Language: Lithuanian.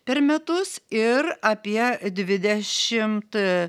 per metus ir apie dvidešimt